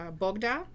Bogda